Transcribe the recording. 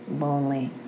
lonely